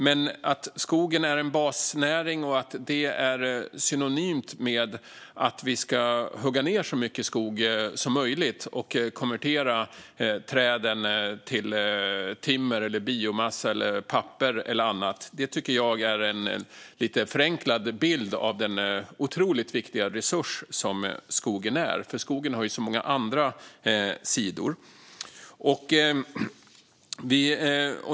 Men att skogen är en basnäring skulle vara synonymt med att vi ska hugga ned så mycket skog som möjligt och konvertera träden till timmer, biomassa, papper eller annat är en lite förenklad bild av den otroligt viktiga resurs som skogen är. Skogen har så många andra sidor.